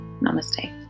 Namaste